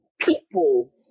people